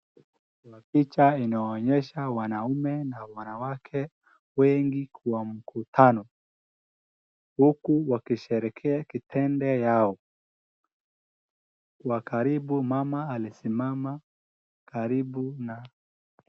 Picha inaonyesha wanaume na wanawake wengi kwa mkutano uku wakisherehekea kitende yao. Kwa karibu mama alisimama karibu na....